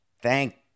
thank